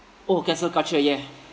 oh cancel culture yeah